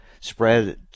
spread